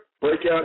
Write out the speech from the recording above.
Breakout